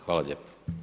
Hvala lijepa.